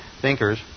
thinkers